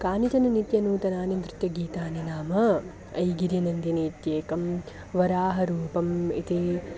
कानिचन नित्यनूतनानि नृत्यगीतानि नाम ऐगिरिनन्दिनि इत्येकं वराहरूपम् इति